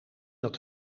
dat